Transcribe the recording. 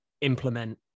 implement